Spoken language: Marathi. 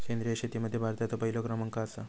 सेंद्रिय शेतीमध्ये भारताचो पहिलो क्रमांक आसा